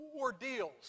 ordeals